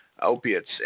opiates